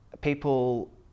People